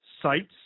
sites